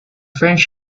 french